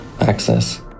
access